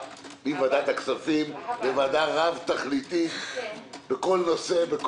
מוועדת הכספים לוועדה רב-תכליתית בכל נושא.